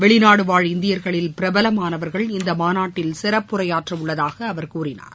வெளிநாடுவாழ் இந்தியர்களில் பிரபலமானவர்கள் இந்த மாநாட்டில் சிறப்புரையாற்ற உள்ளதாக அவர் கூறினார்